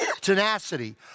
tenacity